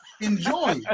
enjoy